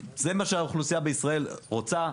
זה מה שהאוכלוסייה בישראל רוצה,